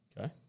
Okay